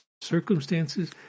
circumstances